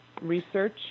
research